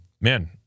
man